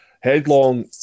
Headlong